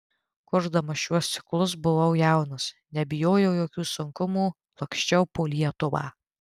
kurdamas šiuos ciklus buvau jaunas nebijojau jokių sunkumų laksčiau po lietuvą